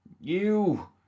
You